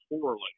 poorly